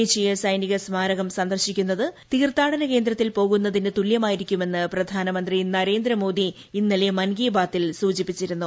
ദേശീയ സൈനിക സ്മാരകം സന്ദർശിക്കുന്നത് തീർത്ഥാടന കേന്ദ്രത്തിൽ പോകുന്നതിനു തുല്യമായിരിക്കുമെന്ന് പ്രധാനമന്ത്രി നരേന്ദ്രമോദി ഇന്നലെ മൻ കി ബാത്തിൽ സൂചിപ്പിച്ചിരുന്നു